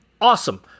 Awesome